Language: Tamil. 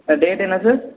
சார் டேட் என்ன சார்